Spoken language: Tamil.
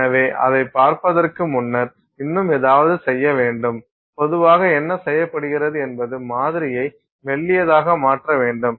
எனவே அதைப் பார்ப்பதற்கு முன்னர் இன்னும் ஏதாவது செய்ய வேண்டும் பொதுவாக என்ன செய்யப்படுகிறது என்பது மாதிரியை மெல்லியதாக மாற்ற வேண்டும்